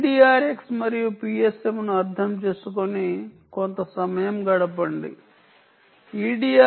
EDRX మరియు PSM ను అర్థం చేసుకుని కొంత సమయం గడపండి